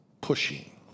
pushing